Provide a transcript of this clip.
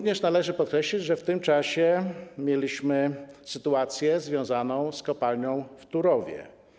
Należy również podkreślić, że w tym czasie mieliśmy sytuację związaną z kopalnią w Turowie.